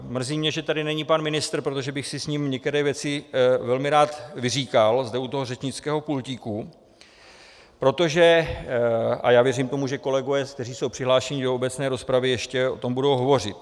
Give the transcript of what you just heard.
Mrzí mě, že tady není pan ministr, protože bych si s ním některé věci velmi rád vyříkal zde u tohoto řečnického pultíku, protože a já věřím tomu, že kolegové, kteří jsou přihlášeni do obecné rozpravy, ještě o tom budou hovořit.